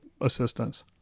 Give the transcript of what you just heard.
assistance